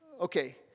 okay